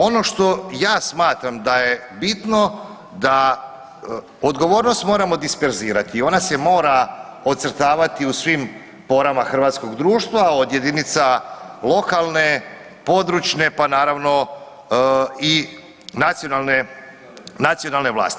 Ono što ja smatram da je bitno da odgovornost moramo disperzirati, ona se mora odcrtavati u svim porama hrvatskog društva, od jedinica lokalne, područne pa naravno i nacionalne vlasti.